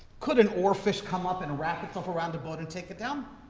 could an ore fish come up and wrap itself around a boat and take it down?